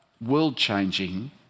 world-changing